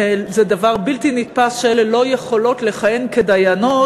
זה דבר בלתי נתפס שהן לא יכולות לכהן כדיינות,